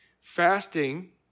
Fasting